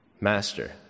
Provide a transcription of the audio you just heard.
Master